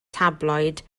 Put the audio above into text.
tabloid